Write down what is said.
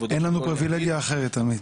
כבוד -- אין לנו פריבילגיה אחרת עמית.